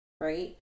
right